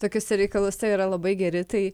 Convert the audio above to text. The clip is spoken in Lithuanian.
tokiuose reikaluose yra labai geri tai